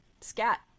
Scat